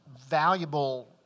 valuable